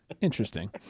Interesting